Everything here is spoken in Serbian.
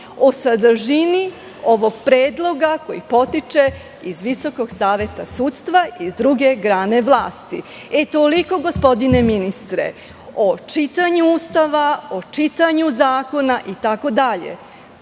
o sadržini ovog predloga koji potiče iz Visokog saveta sudstva iz druge grane vlasti. Toliko, gospodine ministre o čitanju Ustava, o čitanju zakona